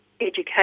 education